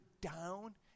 down